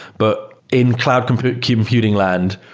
but in cloud computing computing land,